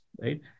right